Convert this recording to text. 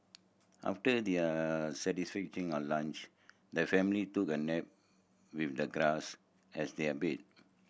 after their lunch the family took a nap with the grass as their bed